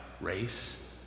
race